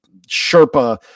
Sherpa